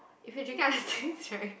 if we drinking other things right